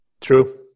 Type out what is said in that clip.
True